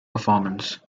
performance